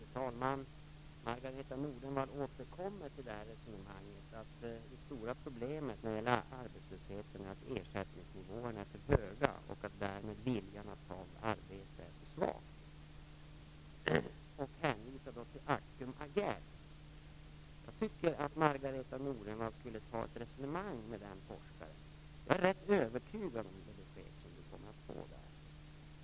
Fru talman! Margareta E Nordenvall återkommer till resonemanget, att det stora problemet när det gäller arbetslösheten är att ersättningsnivåerna är för höga och att viljan att ta ett arbete därmed är för svag. Hon hänvisar också till Ackum Agell. Jag tycker att Margareta E Nordenvall skall resonera med den forskaren. Jag är rätt övertygad om vilket besked hon kommer att få.